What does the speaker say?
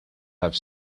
have